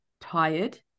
tired